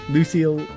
Lucille